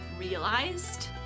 realized